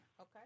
Okay